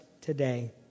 today